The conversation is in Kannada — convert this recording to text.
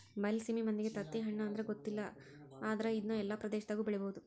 ಬೈಲಸೇಮಿ ಮಂದಿಗೆ ತತ್ತಿಹಣ್ಣು ಅಂದ್ರ ಗೊತ್ತಿಲ್ಲ ಆದ್ರ ಇದ್ನಾ ಎಲ್ಲಾ ಪ್ರದೇಶದಾಗು ಬೆಳಿಬಹುದ